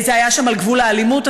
זה היה שם על גבול האלימות.